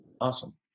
Awesome